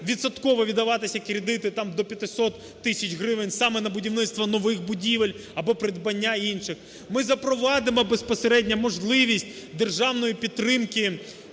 безвідсотково видаватися кредити, там, до 500 тисяч гривень саме на будівництво нових будівель або придбання інших. Ми запровадимо безпосередньо можливість державної підтримки